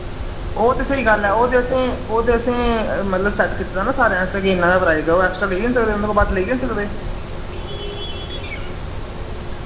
ओह् ते स्हेई गल्ल ऐ ओ ते असें ओह् ते असें मतलब सैट कीत्ते दा ना सारें आस्तै कि इन्ना हारा प्राइस ऐ ओ एक्स्ट्रा गै नेईं सकदे तुंदे कोला बध्द लेई गै नि सकदे